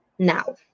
now